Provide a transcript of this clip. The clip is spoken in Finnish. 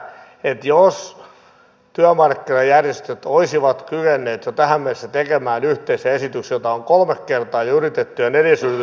jos työmarkkinajärjestöt olisivat kyenneet jo tähän mennessä tekemään yhteisen esityksen jota on kolme kertaa jo yritetty ja neljäs yritys on menossa niin me emme ensinnäkään olisi tässä tilanteessa